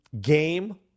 game